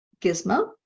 Gizmo